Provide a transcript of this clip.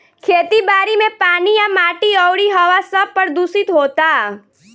खेती बारी मे पानी आ माटी अउरी हवा सब प्रदूशीत होता